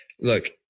Look